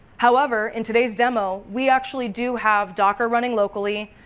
however, in today's demo, we actually do have docker running locally,